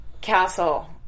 Castle